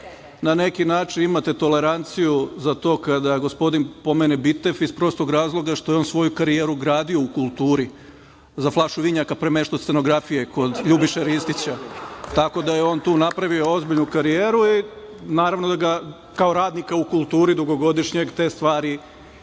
na neki način imate toleranciju za to kada gospodin pomene Bitef iz prostog razloga što je on svoju karijeru gradio u kulturi za flašu vinjaka premeštao scenografije kod Ljubiše Ristića. Tako da je on tu napravio ozbiljnu karijeru i naravno da ga kao dugogodišnjeg radnika